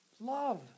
love